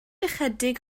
ychydig